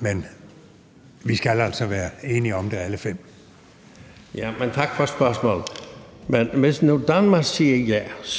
Kl. 21:48 Edmund Joensen (SP): Ja – men tak for spørgsmålet. Hvis nu Danmark siger